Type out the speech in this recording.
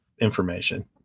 information